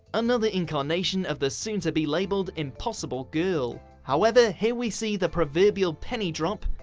another incarnation of the soon-to-be-labelled impossible girl. however, here we see the proverbial penny drop,